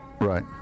Right